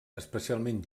especialment